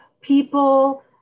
people